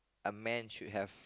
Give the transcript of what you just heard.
a man should have